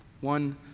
one